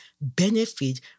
benefit